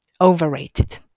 overrated